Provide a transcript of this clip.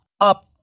up